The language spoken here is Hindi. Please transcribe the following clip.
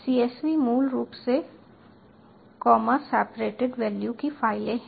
Csv मूल रूप से कॉमा सेपरेटेड वैल्यू की फाइलें हैं